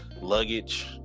luggage